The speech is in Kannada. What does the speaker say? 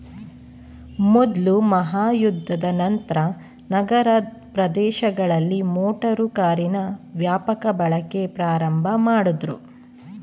ಮೊದ್ಲ ಮಹಾಯುದ್ಧದ ನಂತ್ರ ನಗರ ಪ್ರದೇಶಗಳಲ್ಲಿ ಮೋಟಾರು ಕಾರಿನ ವ್ಯಾಪಕ ಬಳಕೆ ಪ್ರಾರಂಭಮಾಡುದ್ರು